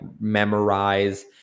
memorize